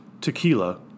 tequila